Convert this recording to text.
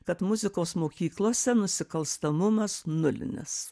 kad muzikos mokyklose nusikalstamumas nulinis